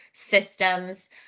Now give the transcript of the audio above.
systems